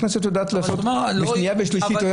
הכנסת יודעת לעשות את זה בשנייה ובשלישית.